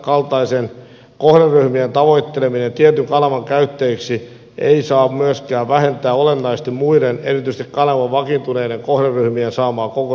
tämänkaltaisten kohderyhmien tavoitteleminen tietyn kanavan käyttäjiksi ei saa myöskään vähentää olennaisesti muiden erityisesti kanavan vakiintuneiden kohderyhmien saamaa kokonaispalvelua